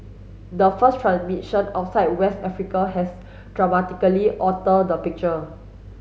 the first transmission outside West Africa has dramatically alter the picture